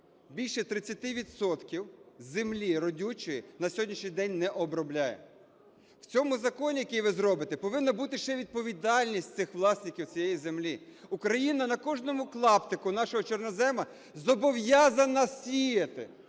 відсотків землі родючої на сьогоднішній день не обробляє. В цьому законі, який ви зробите, повинна бути ще відповідальність цих власників цієї землі. Україна на кожному клаптику нашого чорнозему зобов'язана сіяти,